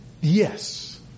Yes